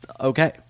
Okay